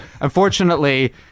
unfortunately